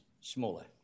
smaller